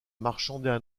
marchandaient